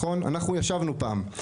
אנחנו ישבנו לשוחח פעם,